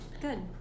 good